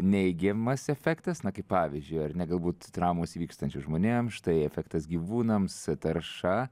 neigiamas efektas kaip pavyzdžiui ar ne galbūt traumos įvykstančios žmonėm štai efektas gyvūnams tarša